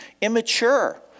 immature